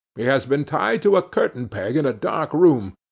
he has been tied to a curtain-peg in a dark room,